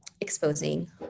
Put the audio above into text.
exposing